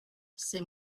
c’est